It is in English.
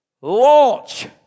Launch